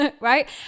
right